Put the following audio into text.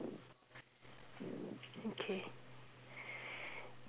okay